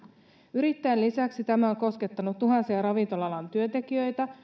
yrittäjien lisäksi tämä on koskettanut tuhansia ravintola alan työntekijöitä